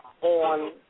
On